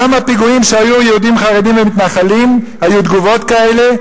בכמה פיגועים שהיו נגד יהודים חרדים ומתנחלים היו תגובות כאלה,